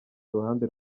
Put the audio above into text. iruhande